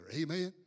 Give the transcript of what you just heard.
Amen